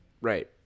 Right